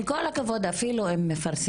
עם כל הכבוד, אפילו אם מפרסמים.